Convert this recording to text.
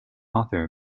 author